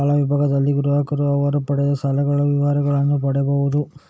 ಸಾಲ ವಿಭಾಗದಲ್ಲಿ ಗ್ರಾಹಕರು ಅವರು ಪಡೆದ ಸಾಲಗಳ ವಿವರಗಳನ್ನ ಪಡೀಬಹುದು